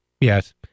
Yes